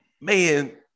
man